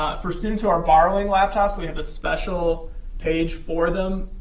ah for students who are borrowing laptops, we have a special page for them.